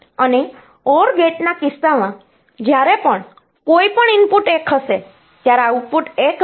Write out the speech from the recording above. અને OR ગેટના કિસ્સામાં જ્યારે પણ કોઈપણ ઇનપુટ 1 હશે ત્યારે આઉટપુટ 1 હશે